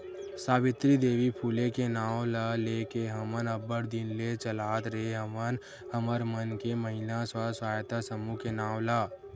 सावित्री देवी फूले के नांव ल लेके हमन अब्बड़ दिन ले चलात रेहे हवन हमर मन के महिना स्व सहायता समूह के नांव ला